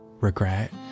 regret